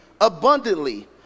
abundantly